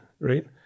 right